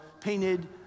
painted